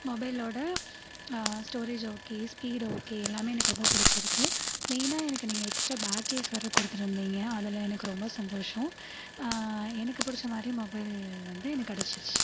மொபைலோடய storage okay speed okay எல்லாமே எனக்கு ரொம்ப பிடிச்சிருக்கு மெயினாக எனக்கு நீங்கள் எக்ஸ்ட்ரா பேக் கேஸ் வேறே கொடுத்திருந்திங்க அதில் எனக்கு ரொம்ப சந்தோஷம் எனக்கு பிடிச்ச மாதிரி மொபைல் வந்து எனக்கு கிடச்சிருச்சி